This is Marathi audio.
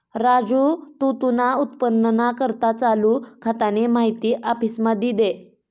राजू तू तुना उत्पन्नना करता चालू खातानी माहिती आफिसमा दी दे